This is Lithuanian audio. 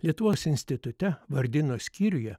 lietuvos institute vardyno skyriuje